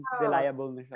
reliable